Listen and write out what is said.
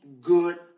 good